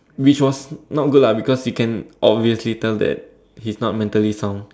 which was not good lah because you can obviously tell that he's not mentally sound